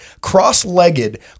cross-legged